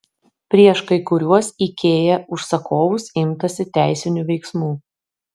prieš kai kuriuos ikea užsakovus imtasi teisinių veiksmų